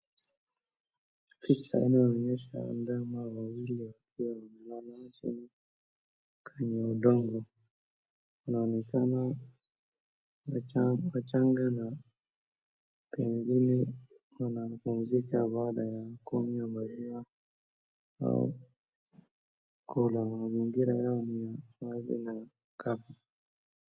Picha inayoonyesha ndama wawili wakiwa wamelalishwa kwenye udongo, wanaonekana wachanga na pengine wanapumzika baada ya kunywa maziwa au kula, mazingira yao ni ardhi na ni kavu.